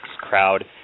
crowd